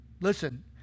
listen